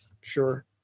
Sure